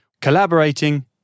collaborating